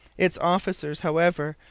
its officers, however,